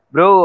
Bro